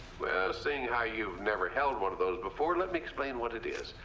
well, seeing how you've never held one of those before, let me explain what it is.